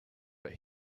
but